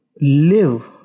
live